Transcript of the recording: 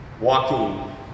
walking